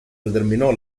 determinò